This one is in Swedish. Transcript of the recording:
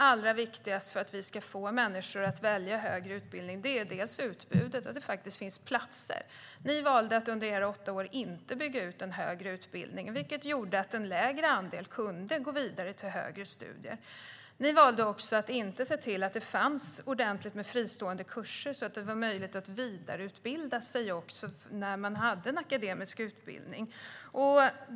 Allra viktigast för att få människor att välja högre utbildning är utbudet - att det finns platser. Ni valde under era åtta år att inte bygga ut den högre utbildningen, Helena Bouveng, vilket gjorde att en lägre andel kunde gå vidare till högre studier. Ni valde också att inte se till att det fanns ordentligt med fristående kurser så att det var möjligt att vidareutbilda sig när man hade en akademisk utbildning.